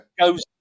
goes